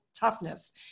toughness